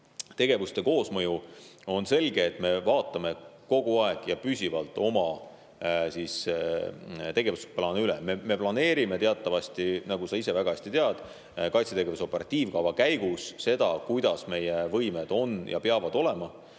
tegevuste koosmõju. On selge, et me vaatame kogu aeg ja püsivalt oma tegevusplaane üle. Me planeerime teatavasti, nagu sa ise väga hästi tead, kaitsetegevuse operatiivkavas seda, millised meie võimed peavad olema.